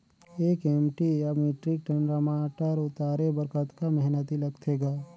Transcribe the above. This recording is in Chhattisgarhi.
एक एम.टी या मीट्रिक टन टमाटर उतारे बर कतका मेहनती लगथे ग?